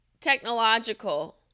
technological